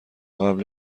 قبل